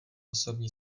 osobní